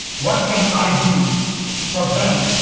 what can i do for them?